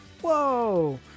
whoa